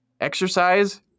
Exercise